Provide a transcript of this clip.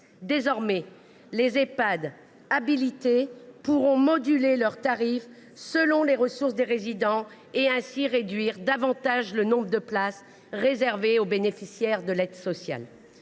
Désormais, les Ehpad habilités pourront moduler leurs tarifs selon les ressources des résidents et ainsi réduire davantage le nombre de places réservées aux bénéficiaires de l’aide sociale.